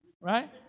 right